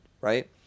Right